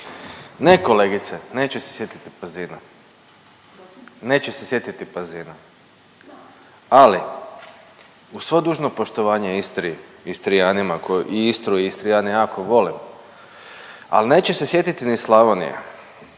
Ne kolegice neće se sjetiti Pazina, neće se sjetiti Pazina, ali uz svo dužno poštovanje Istri, Istrijanima koji i Istru i Istrijane jako volim, ali neće se sjetiti ni Slavonije.